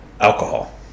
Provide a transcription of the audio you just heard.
alcohol